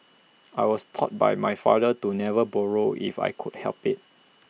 I was taught by my father to never borrow if I could help IT